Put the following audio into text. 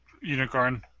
unicorn